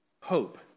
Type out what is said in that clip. hope